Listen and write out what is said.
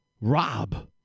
Rob